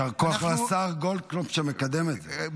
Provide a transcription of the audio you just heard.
אנחנו, יישר כוח לשר גולדקנופ, שמקדם את זה.